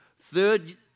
Third